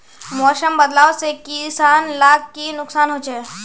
मौसम बदलाव से किसान लाक की नुकसान होचे?